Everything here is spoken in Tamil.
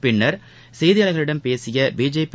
பின்னர் செய்தியாளர்களிடம் பேசிய பிஜேபி